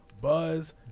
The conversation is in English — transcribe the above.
Buzz